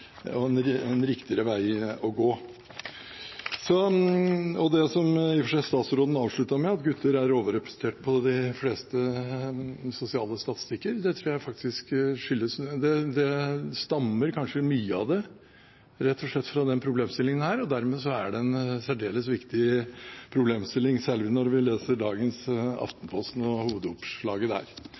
er en langt riktigere vei å gå. Og når det gjelder det som statsråden i og for seg avsluttet med, at gutter er overrepresentert på de fleste sosiale statistikker, stammer mye av det kanskje rett og slett fra denne problemstillingen. Dermed er det en særdeles viktig problemstilling, særlig når vi leser hovedoppslaget i dagens Aftenposten.